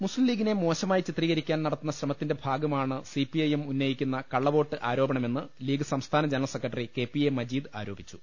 മുസ്ലിം ലീഗ്ഗിനെ മോശമായി ചിത്രീകരിക്കാൻ നടത്തുന്ന ശ്രമ ത്തിന്റെ ഭാഗമാണ് സിപിഐഎം ഉന്നയിക്കുന്ന കള്ളവോട്ട് ആരോ പണമെന്ന് ലീഗ് സംസ്ഥാന ജനറൽ സെക്രട്ടറി കെപിഎ മജീദ് ആരോപിച്ചു